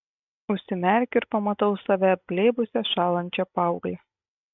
užsimerkiu ir pamatau save apglėbusią šąlančią paauglę